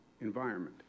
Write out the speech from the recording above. environment